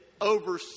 over